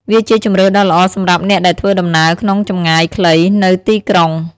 វាជាជម្រើសដ៏ល្អសម្រាប់អ្នកដែលធ្វើដំណើរក្នុងចម្ងាយខ្លីនៅទីក្រុង។